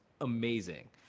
amazing